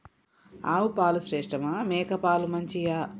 ఆవు పాలు శ్రేష్టమా మేక పాలు మంచియా?